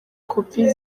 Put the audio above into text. kopi